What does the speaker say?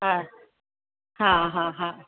हा हा हा हा